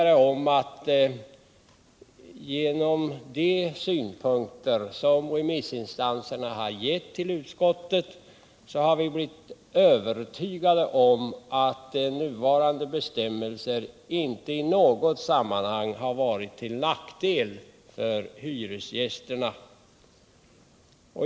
De synpunkter som remissinstanserna har avgivit till utskottet har övertygat oss om att nuvarande bestämmelser inte i något sammanhang har varit till nackdel för hyresgästerna.